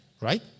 right